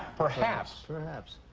perhaps. perhaps.